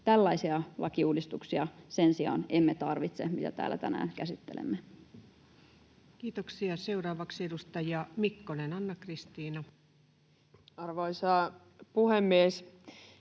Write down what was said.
tällaisia lakiuudistuksia, mitä täällä tänään käsittelemme. Kiitoksia. — Seuraavaksi edustaja Mikkonen, Anna-Kristiina. Arvoisa puhemies!